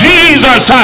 Jesus